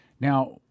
Now